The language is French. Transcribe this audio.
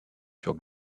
sur